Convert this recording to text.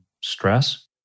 stress